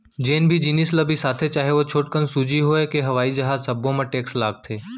जेन भी जिनिस ल बिसाथे चाहे ओ छोटकन सूजी होए के हवई जहाज सब्बो म टेक्स लागथे